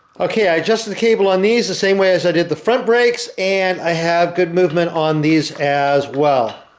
okay i adjusted the cable on these the same way as i did the front brakes and i have good movement on these as well.